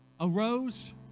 arose